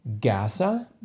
Gaza